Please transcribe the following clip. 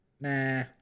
Nah